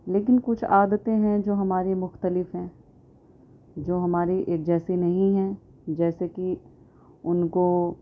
لیکن کچھ عادتیں ہیں جو ہماری مختلف ہیں جو ہماری ایک جیسی نہیں ہیں جیسے کہ ان کو